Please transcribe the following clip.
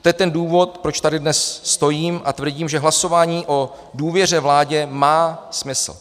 To je ten důvod, proč tady dnes stojím a tvrdím, že hlasování o důvěře vládě má smysl.